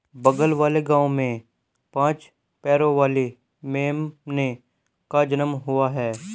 बगल वाले गांव में पांच पैरों वाली मेमने का जन्म हुआ है